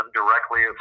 directly